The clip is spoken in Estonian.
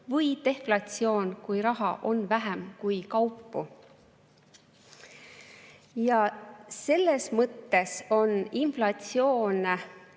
või deflatsioon, kui raha on vähem kui kaupu. Selles mõttes on inflatsioon